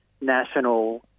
national